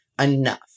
enough